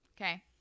Okay